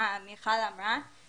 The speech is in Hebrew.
אמרה מיכל וונש